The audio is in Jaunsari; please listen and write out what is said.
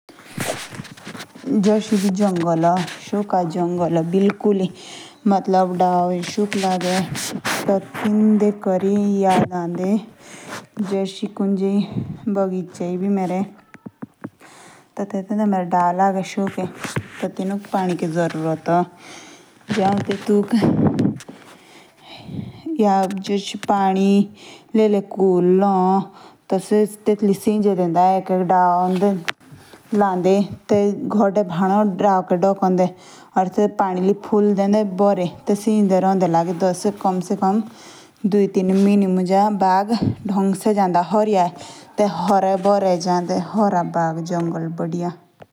जश एबि जंगल ए शुका जगले ए। एमटीएलबी बिल्कुल हाय शुका एच। ना दाओ ए। त तिनो देख करी याद आदे। जेशे मेरे बागीचे दे दाओ ए।